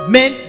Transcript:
men